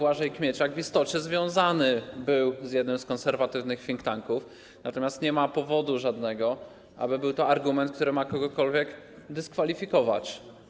Błażej Kmieciak w istocie związany był z jednym z konserwatywnych think tanków, natomiast nie ma żadnego powodu, aby był to argument, który ma kogokolwiek dyskwalifikować.